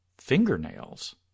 fingernails